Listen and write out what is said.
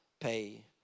pay